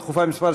דחופה מס'